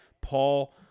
Paul